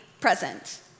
present